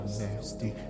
nasty